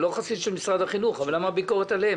אני לא חסיד של משרד החינוך אבל למה הביקורת עליהם?